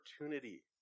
opportunity